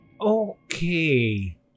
Okay